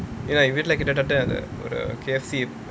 எங்க வீட்ல கிட்டத்தட்ட ஒரு:enga veetla kittathatta oru K_F_C